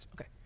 Okay